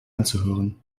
anzuhören